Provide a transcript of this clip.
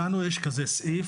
לנו יש כזה סעיף,